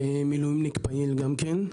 מילואימניק פעיל גם כן.